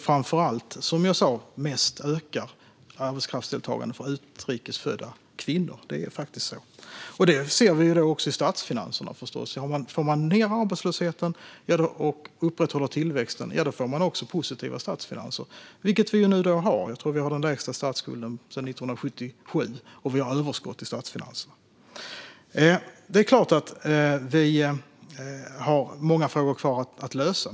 Framför allt ökar, som jag sa, arbetskraftsdeltagandet mest bland utrikesfödda kvinnor; det är faktiskt så. Vi ser förstås detta även i statsfinanserna. Får man ned arbetslösheten och upprätthåller tillväxten får man också positiva statsfinanser, vilket vi nu har. Jag tror att vi har den lägsta statsskulden sedan 1977, och vi har överskott i statsfinanserna. Det är klart att vi har många frågor kvar att lösa.